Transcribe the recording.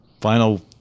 Final